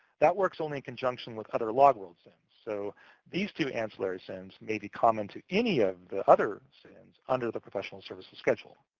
that works only in conjunction with other logworld sin's. so these two ancillary sin's may be common to any of the other sin's under the professional services schedule.